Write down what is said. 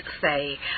say